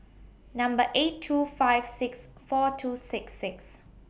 Number eight two five six four two six six